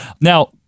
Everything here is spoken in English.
Now